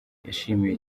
yashimiye